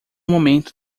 momento